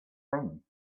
thing